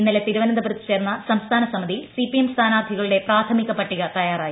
ഇന്നലെ തിരുവനന്തപുരത്ത് ചേർന്ന സംസ്ഥാന സമിതിയിൽ സിപിഎം സ്ഥാനാർത്ഥികളുടെ പ്രാഥമിക പട്ടിക തയാറായി